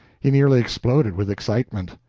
he nearly exploded with excitement.